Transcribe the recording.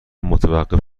متوقف